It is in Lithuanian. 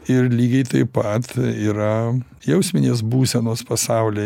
ir lygiai taip pat yra jausminės būsenos pasauly